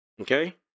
Okay